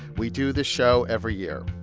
we do this show every year.